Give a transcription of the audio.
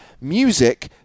music